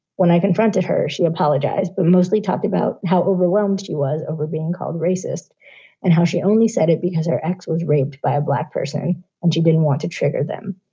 when i confronted her, she apologized, but mostly talked about how overwhelmed she was over being called racist and how she only said it because her ex was raped by a black person and she didn't want to trigger them.